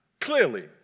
Clearly